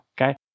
Okay